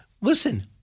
Listen